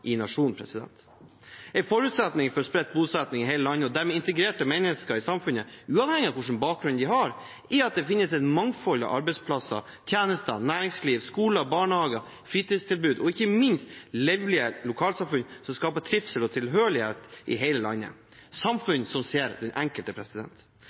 i nasjonen. En forutsetning for spredt bosetting i hele landet og dermed integrerte mennesker i samfunnet, uavhengig av hva slags bakgrunn de har, er at det finnes et mangfold av arbeidsplasser, tjenester, næringsliv, skoler, barnehager, fritidstilbud og ikke minst livlige lokalsamfunn som skaper trivsel og tilhørighet i hele landet